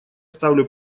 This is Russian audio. ставлю